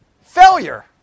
Failure